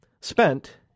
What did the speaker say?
spent